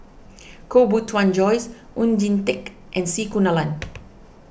Koh Bee Tuan Joyce Oon Jin Teik and C Kunalan